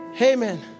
Amen